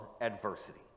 adversity